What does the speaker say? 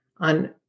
on